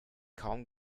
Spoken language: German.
kaum